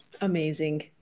Amazing